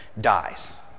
dies